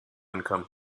income